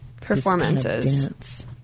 Performances